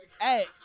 hey